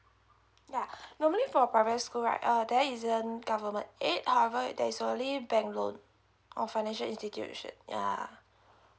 yeah normally for primary school right err there isn't government aid covered there is only bank loan or financial institution yeah